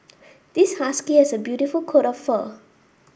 this husky has a beautiful coat of fur